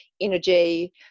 energy